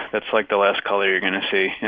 that's, like, the last color you're going to see, yeah